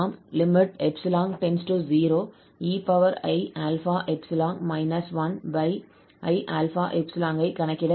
நாம் ei∝∈ 1i∝∈ கணக்கிட வேண்டும்